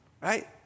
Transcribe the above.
right